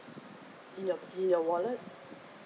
in your in your wallet